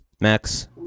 Max